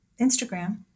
Instagram